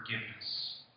forgiveness